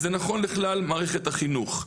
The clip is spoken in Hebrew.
וזה נכון לכלל מערכת החינוך.